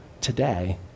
today